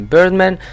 Birdman